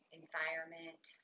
environment